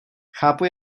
chápu